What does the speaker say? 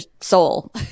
soul